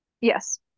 Yes